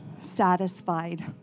satisfied